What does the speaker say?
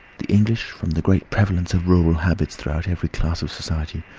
the english, from the great prevalence of rural habits throughout every class of society,